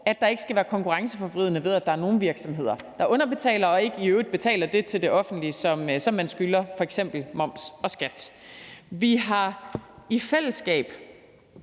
at der ikke skal være konkurrenceforvridning, ved at der er nogle virksomheder, der underbetaler og i øvrigt ikke betaler det til det offentlige, som man skylder, f.eks. moms og skat. Vi har i fællesskab